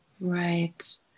Right